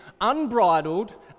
unbridled